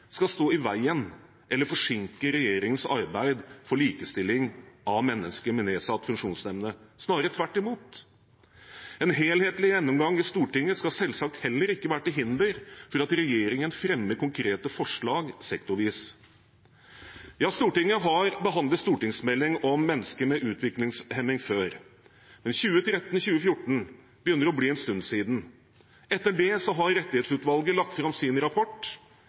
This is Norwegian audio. skal stå i veien for eller forsinke regjeringens arbeid for likestilling av mennesker med nedsatt funksjonsevne. Snarere tvert imot – en helhetlig gjennomgang i Stortinget skal selvsagt heller ikke være til hinder for at regjeringen fremmer konkrete forslag sektorvis. Stortinget har behandlet en stortingsmelding om mennesker med utviklingshemning før. Men 2013–2014 begynner å bli en stund siden. Etter det har Rettighetsutvalget lagt fram sin rapport,